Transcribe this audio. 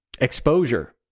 exposure